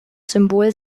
symbol